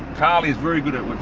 carly is very good at